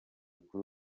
kuri